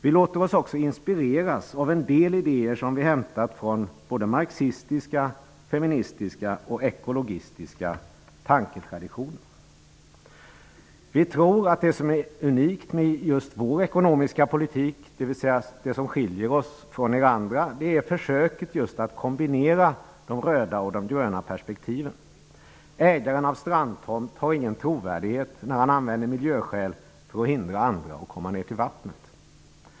Vi låter oss också inspireras av en del idéer som vi hämtat från både marxistiska, feministiska och ekologistiska tanketraditioner. Vi tror att det som är unikt med just vår ekonomiska politik, dvs. det som skiljer oss från er andra, är försöket att kombinera de röda och de gröna perspektiven. Ägaren av en strandtomt har ingen trovärdighet när han använder miljöskäl för att hindra andra att komma ned till vattnet.